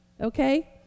Okay